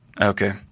Okay